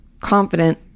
confident